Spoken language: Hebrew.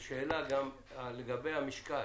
שאלה לגבי המשקל.